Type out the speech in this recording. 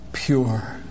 Pure